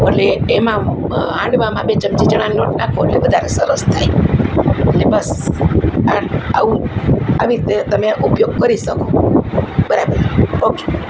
અટલે એમાં હાંડવામાં બે ચમચી ચણાનો લોટ નાખો એટલે વધારે સરસ થાય એટલે બસ આવું આવી રીતે તમે ઉપયોગ કરી શકો બરાબર ઓકે